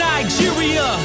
Nigeria